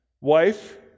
wife